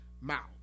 Mouth